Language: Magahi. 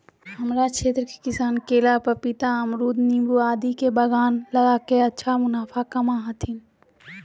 हमरा क्षेत्र के किसान केला, पपीता, अमरूद नींबू आदि के बागान लगा के अच्छा मुनाफा कमा हथीन